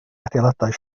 adeiladau